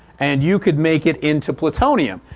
and you could make it into plutonium.